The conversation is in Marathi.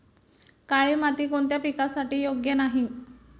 काळी माती कोणत्या पिकासाठी योग्य नाही?